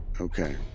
okay